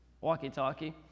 Walkie-talkie